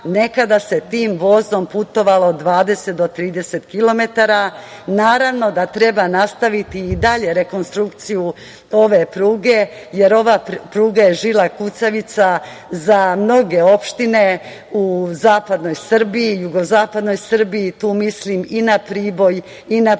Nekada se tim vozom putovalo 20 do 30 kilometara. Naravno da treba nastaviti i dalje rekonstrukciju ove pruge, jer ova pruga je žila kucavica za mnoge opštine u zapadnoj Srbiji i jugozapadnoj Srbiji. Tu mislim i na Priboj i na Prijepolje.